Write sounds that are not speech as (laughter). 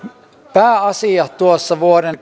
pääasia tuossa vuoden (unintelligible)